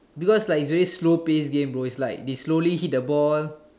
because like very slow paced game bro like they slowly hit the ball